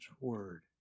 Word